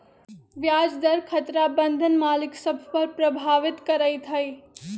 ब्याज दर खतरा बन्धन मालिक सभ के प्रभावित करइत हइ